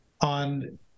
on